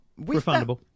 Refundable